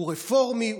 הוא רפורמי,